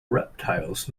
reptiles